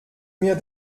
mir